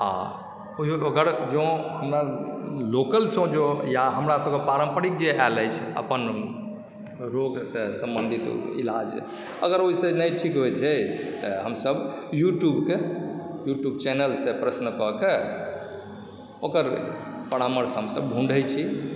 आ ओकर जँ लोकलसँ जँ या हमरासभके पारम्परिक जे आयल अछि अपन रोगसँ सम्बन्धित इलाज अगर ओहिसँ नहि ठीक होइत छै तऽ हमसभ यूट्यूबके यूट्यूब चैनलसँ प्रश्न कऽ कऽ ओकर परामर्श हमसभ ढूँढैत छी